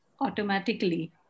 automatically